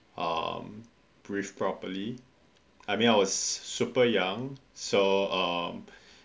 um breathe properly I mean I was super young so um